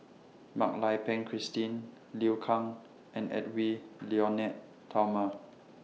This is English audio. Mak Lai Peng Christine Liu Kang and Edwy Lyonet Talma